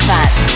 Fat